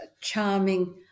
charming